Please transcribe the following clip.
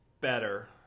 better